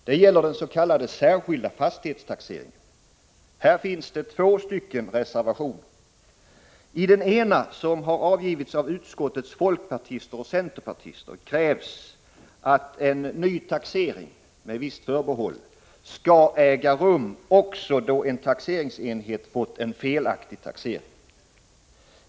Det gäller den s.k. särskilda fastighetstaxeringen. Här finns det två reservationer. I den ena, som avgivits av utskottets folkpartister och centerpartister, krävs att en ny taxering — med visst förbehåll — skall äga rum också då en taxeringsenhet fått en felaktig taxering.